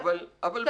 אבל בסדר.